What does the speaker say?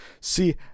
see